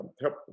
help